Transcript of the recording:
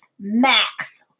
Max